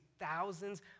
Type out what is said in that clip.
thousands